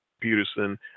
Peterson